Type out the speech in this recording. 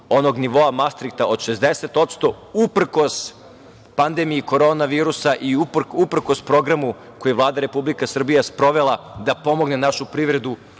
onog nivoa mastrihta od 60% uprkos pandemiji Korona virusa i uprkos programu koji je Vlada Republike Srbije sprovela da pomogne našu privredu